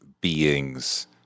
beings